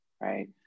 right